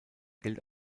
gilt